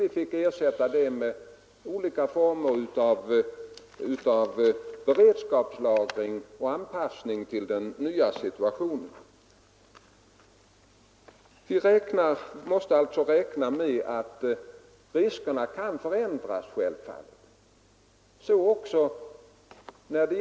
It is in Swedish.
Därför måste vi ha en beredskapslagring och anpassa oss på annat sätt till den nya situationen. Riskerna förändras alltså hela tiden.